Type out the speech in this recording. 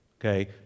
okay